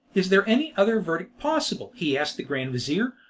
is there any other verdict possible? he asked the grand-vizir,